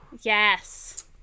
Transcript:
Yes